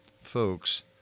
folks